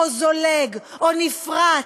או זולג, או נפרץ,